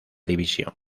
división